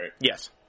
Yes